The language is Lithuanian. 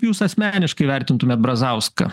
jūs asmeniškai vertintumėt brazauską